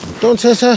Entonces